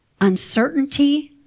uncertainty